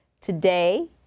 Today